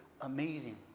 amazing